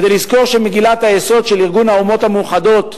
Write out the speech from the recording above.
כדי לזכור שמגילת היסוד של ארגון האומות המאוחדות,